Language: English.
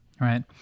right